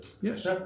Yes